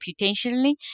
computationally